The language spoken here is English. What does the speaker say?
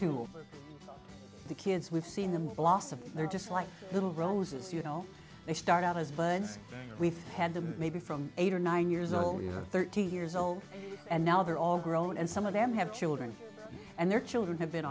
tool the kids we've seen them blossom they're just like little roses you know they start out as birds we've had them maybe from eight or nine years old you're thirty years old and now they're all grown and some of them have children and their children have been